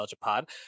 pod